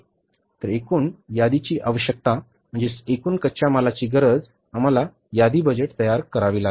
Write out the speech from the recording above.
तर एकूण यादीची आवश्यकता म्हणजे एकूण कच्च्या मालाची गरज आम्हाला यादी बजेट तयार करावे लागेल